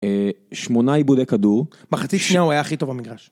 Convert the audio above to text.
שמונה איבודי כדור. מחצית שניה הוא היה הכי טוב במגרש.